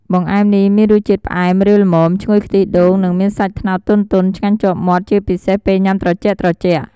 បង្អែមនេះមានរសជាតិផ្អែម រាវល្មម ឈ្ងុយខ្ទិះដូង និងមានសាច់ត្នោតទន់ៗ ឆ្ងាញ់ជាប់មាត់ ជាពិសេសពេលញ៉ាំត្រជាក់ៗ។